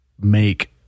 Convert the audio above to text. make